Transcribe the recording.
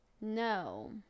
No